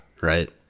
Right